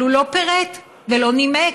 אבל הוא לא פירט ולא נימק.